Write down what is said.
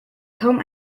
kaum